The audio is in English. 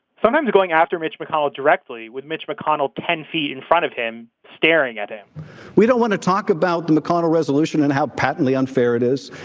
sometimes going after mitch mcconnell directly with mitch mcconnell ten feet in front of him, staring at him we don't want to talk about mcconnell resolution and how patently unfair it is.